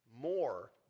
more